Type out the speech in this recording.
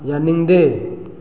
ꯌꯥꯅꯤꯡꯗꯦ